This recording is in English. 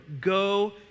go